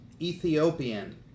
Ethiopian